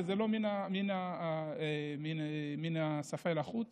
וזה לא מן השפה אל החוץ